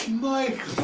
like